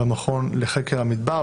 והמכון לחקר המדבר,